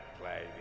play